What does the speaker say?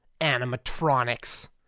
Animatronics